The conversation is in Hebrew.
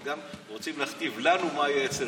הם גם רוצים להכתיב לנו מה יהיה אצלנו.